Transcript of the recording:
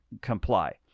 comply